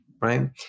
right